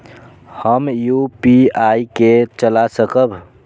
हम यू.पी.आई के चला सकब?